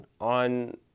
on